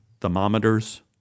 thermometers